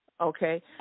Okay